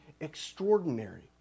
extraordinary